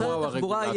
של משרד התחבורה.